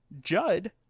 Judd